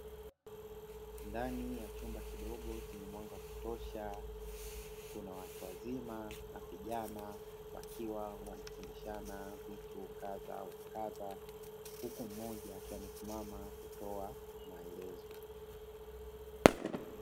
Ndani ya chumba kidogo chenye mwanga wa kutosha, kuna watu wazima na vijana wakiwa wanafundishana vitu kadha wa kadha huku mmoja akiwa amesimama kutoa maelezo.